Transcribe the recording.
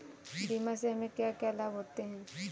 बीमा से हमे क्या क्या लाभ होते हैं?